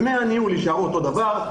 דמי הניהול יישארו אותו הדבר,